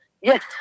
yes